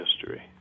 history